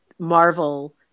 marvel